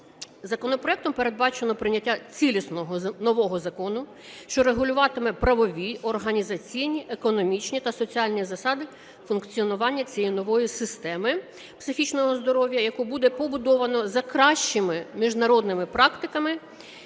Законопроектом передбачено прийняття цілісного нового закону, що регулюватиме правові, організаційні, економічні та соціальні засади функціонування цієї нової системи психічного здоров'я, яку буде побудовано за кращими міжнародними практиками,